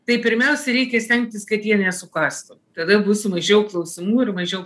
tai pirmiausiai reikia stengtis kad jie nesukąstų tada bus mažiau klausimų ir mažiau